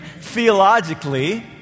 theologically